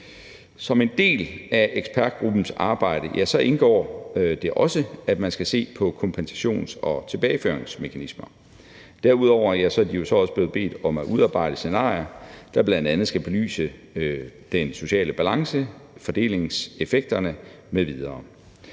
Som en del af ekspertgruppens arbejde indgår det også, at man skal se på kompensations- og tilbageføringsmekanismer. Derudover er de jo så også blevet bedt om at udarbejde scenarier, der bl.a. skal belyse den sociale balance, fordelingseffekterne m.v.